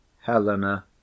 helena